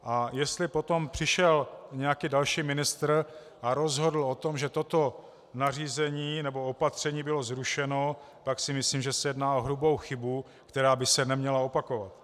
A jestli potom přišel nějaký další ministr a rozhodl o tom, že toto opatření bylo zrušeno, tak si myslím, že se jedná o hrubou chybu, která by se neměla opakovat.